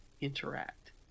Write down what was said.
interact